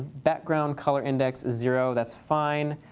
background color index zero, that's fine.